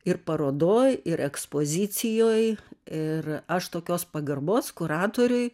ir parodoj ir ekspozicijoj ir aš tokios pagarbos kuratoriui